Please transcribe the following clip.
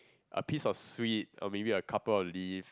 a piece of sweet or maybe a couple of leaf